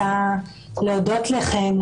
רוצה להודות לכם,